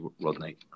Rodney